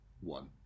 one